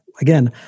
again